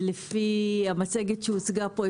ולפי המצגת שהוצגה פה,